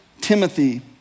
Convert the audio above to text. Timothy